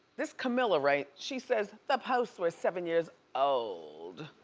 this camila right, she says, the posts were seven years old,